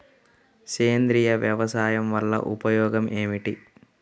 సేంద్రీయ వ్యవసాయం వల్ల ఉపయోగం ఏమిటి?